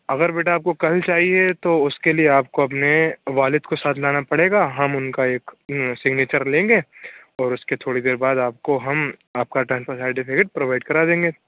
اگر بیٹا آپ کو کل چاہیے تو اُس کے لیے آپ کو اپنے والد کو ساتھ لانا پڑے گا ہم اُن کا ایک سگنیچر لیں گے اور اُس کے تھوڑی دیر بعد آپ کو ہم آپ کا ٹرانسفر سرٹیفیکیٹ پرووائیڈ کرا دیں گے